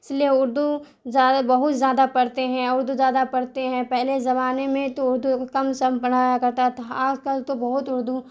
اس لیے اردو زیادہ بہت زیادہ پڑھتے ہیں اردو زیادہ پڑھتے ہیں پہلے زمانے میں تو اردو کم سم پڑھایا کرتا تھا آج کل تو بہت اردو